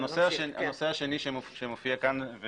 הנושא השני שמופיע כאן הוא